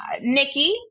Nikki